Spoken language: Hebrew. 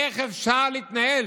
איך אפשר להתנהל?